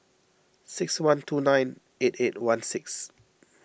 six one two nine eight eight one six